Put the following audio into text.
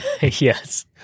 yes